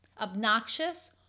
obnoxious